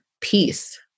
peace